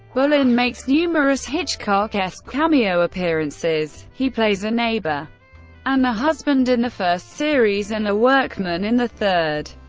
bullen makes numerous hitchcock-esque cameo appearances he plays a neighbour and a husband in the first series and a workman in the third.